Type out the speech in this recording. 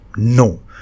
no